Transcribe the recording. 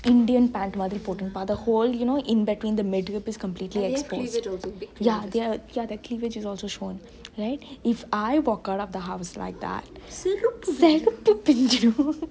indian pant மாரி போட்டுருப்பா:maari potrupaa the whole you know in between the middle is completely exposed ya their clevage is also shown right if I walk out of the house like that செருப்பு பிஞ்சிரு:seruppu pinjiru